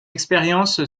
expérience